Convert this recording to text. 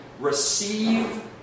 receive